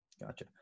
Gotcha